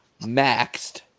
Maxed